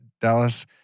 Dallas